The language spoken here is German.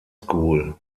school